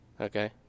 Okay